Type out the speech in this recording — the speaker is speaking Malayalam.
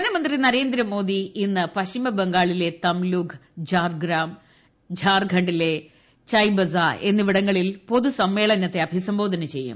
പ്രധാനമന്ത്രി നരേന്ദ്രമോദി ഇന്ന് പശ്ചിമബംഗാളിലെ തംലുക് ഝാർഗ്രാം ഝാർഖണ്ഡിലെ ചയ്ബസാ എന്നിവിടങ്ങളിൽ പൊതുസമ്മേളനത്തെ അഭിസംബോധന ചെയ്യും